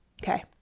Okay